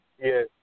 Yes